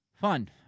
Fun